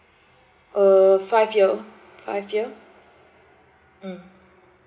uh five year five year mm